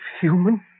human